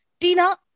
Tina